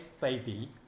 baby